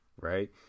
right